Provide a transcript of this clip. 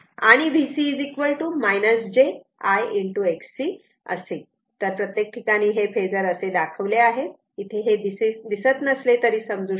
आणि VC j I Xc असेल तर प्रत्येक ठिकाणी हे फेजर असे दाखवले आहे इथे हे दिसत नसले तरी समजू शकते